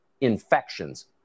infections